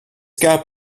gab